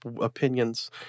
opinions